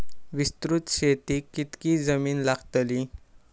विस्तृत शेतीक कितकी जमीन लागतली?